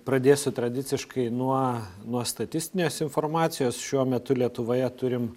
pradėsiu tradiciškai nuo nuo statistinės informacijos šiuo metu lietuvoje turim